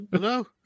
No